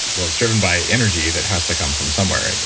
well, it's driven by energy that has to come from somewhere. and